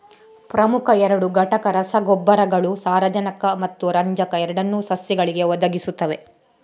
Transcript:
ಪ್ರಮುಖ ಎರಡು ಘಟಕ ರಸಗೊಬ್ಬರಗಳು ಸಾರಜನಕ ಮತ್ತು ರಂಜಕ ಎರಡನ್ನೂ ಸಸ್ಯಗಳಿಗೆ ಒದಗಿಸುತ್ತವೆ